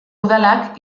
udalak